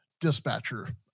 dispatcher